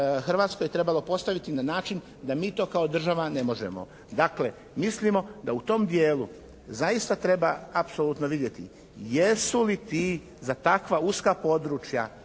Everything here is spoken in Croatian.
Hrvatskoj postaviti na način da mi to kao država ne možemo. Dakle, mislimo da u tom dijelu zaista treba apsolutno vidjeti jesu li to za takva uska područja